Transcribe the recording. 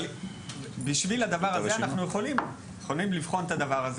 אבל אנחנו יכולים לבחון את הדבר הזה